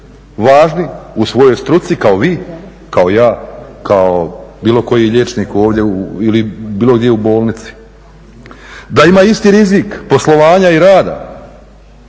važni u svojoj struci kao vi, kao ja, kao bilo koji liječnik ovdje ili bilo gdje u bolnici, da ima isti rizik poslovanja i rada